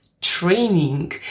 training